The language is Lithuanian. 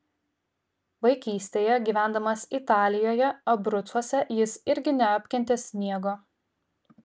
vaikystėje gyvendamas italijoje abrucuose jis irgi neapkentė sniego